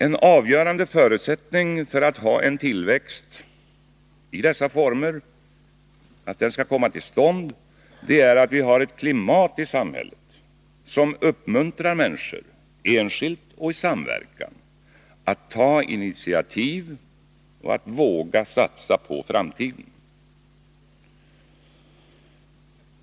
En avgörande förutsättning för att en tillväxt i dessa former skall kunna komma till stånd är att vi har ett klimat i samhället som uppmuntrar människor, enskilt och i samverkan, att ta initiativ och våga satsa på framtiden.